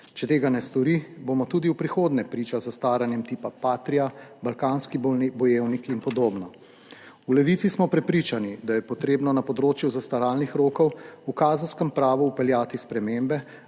Če tega ne stori, bomo tudi v prihodnje priča zastaranjem tipa Patria, Balkanski bojevnik in podobno. V Levici smo prepričani, da je potrebno na področju zastaralnih rokov v kazenskem pravu vpeljati spremembe,